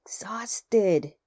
exhausted